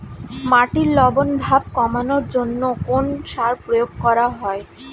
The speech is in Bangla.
মাটির লবণ ভাব কমানোর জন্য কোন সার প্রয়োগ করা হয়?